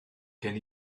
gen